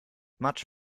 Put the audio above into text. much